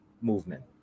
movement